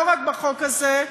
לא רק בחוק הזה,